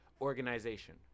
organization